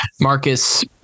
Marcus